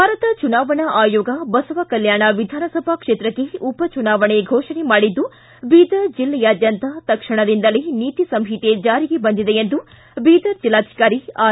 ಭಾರತ ಚುನಾವಣಾ ಆಯೋಗ ಬಸವಕಲ್ಯಾಣ ವಿಧಾನಸಭಾ ಕ್ಷೇತ್ರಕ್ಕೆ ಉಪ ಚುನಾವಣೆ ಘೋಷಣೆ ಮಾಡಿದ್ದು ಬೀದರ ಜಿಲ್ಲಾದ್ಡಂತ ತಕ್ಷಣದಿಂದಲೇ ನೀತಿ ಸಂಹಿತೆ ಜಾರಿ ಬಂದಿದೆ ಎಂದು ಬೀದರ್ ಜಿಲ್ಲಾಧಿಕಾರಿ ಆರ್